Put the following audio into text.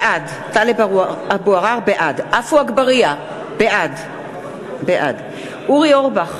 בעד עפו אגבאריה, בעד אורי אורבך,